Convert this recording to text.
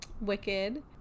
wicked